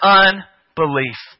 unbelief